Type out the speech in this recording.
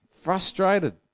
Frustrated